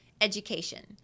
education